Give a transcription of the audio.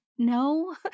No